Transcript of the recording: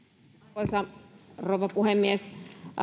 arvoisa rouva puhemies